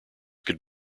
could